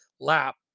lap